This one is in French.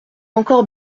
encore